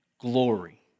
glory